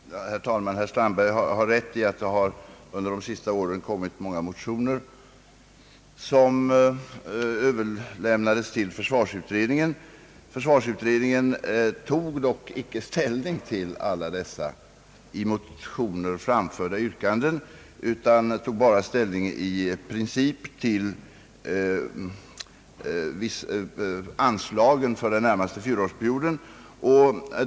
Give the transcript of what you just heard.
Herr talman! Herr Strandberg har rätt i att det under de senaste åren har väckts många motioner vilka överlämnats till försvarsutredningen. Denna har dock inte tagit ställning till alla de i motioner framställda yrkandena utan bara i princip till anslagen för den närmaste fyraårsperioden.